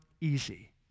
easy